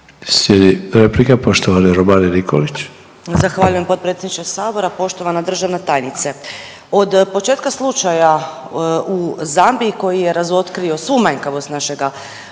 **Nikolić, Romana (Socijaldemokrati)** Zahvaljujem potpredsjedniče sabora, poštovana državna tajnice. Od početka slučaja u Zambiji koji je razotkrio svu manjkavost našega